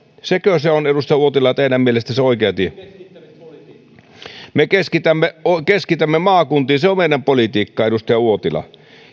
sekö se on edustaja uotila teidän mielestänne se oikea tie me keskitämme maakuntiin se on meidän politiikkaamme edustaja uotila